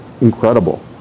incredible